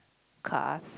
car